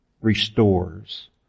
restores